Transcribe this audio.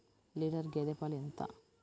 Litre గేదె పాలు ఎంత?